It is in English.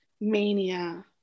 mania